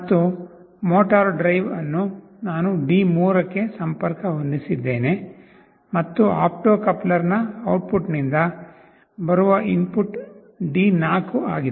ಮತ್ತು motor drive ಅನ್ನು ನಾನು D3 ಗೆ ಸಂಪರ್ಕ ಹೊಂದಿಸಿದ್ದೇನೆ ಮತ್ತು ಆಪ್ಟೋ ಕಪ್ಲರ್ನ ಔಟ್ಪುಟ್ನಿಂದ ಬರುವ ಇನ್ಪುಟ್ D4 ಆಗಿದೆ